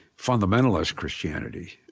fundamentalist christianity,